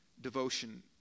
devotion